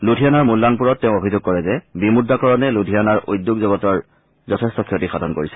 লুধিয়ানাৰ মুল্লানপুৰত তেওঁ অভিযোগ কৰে যে বিমূদ্ৰাকৰণে লুধিয়ানাৰ উদ্যোগ জগতৰ যথেষ্ট ক্ষতিসাধণ কৰিছে